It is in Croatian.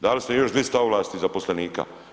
Dali ste im još 200 ovlasti zaposlenika.